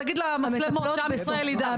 תגיד למצלמות שעם ישראל יידע.